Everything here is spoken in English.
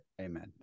Amen